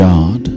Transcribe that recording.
God